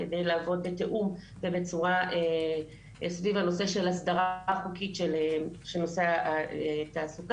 כדי לעבוד בתאום ובצורה סביב הנושא של הסדרה חוקית של נושא התעסוקה.